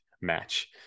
match